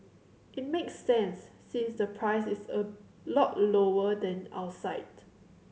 it makes sense since the price is a lot lower than outside